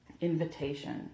invitation